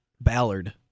Ballard